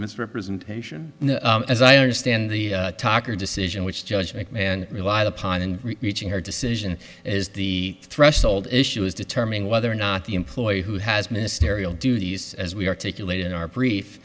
misrepresentation as i understand the takur decision which judge mcmahon relied upon in reaching her decision is the threshold issue is determining whether or not the employee who has ministerial duties as we articulated in our brief